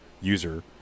user